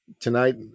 Tonight